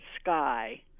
sky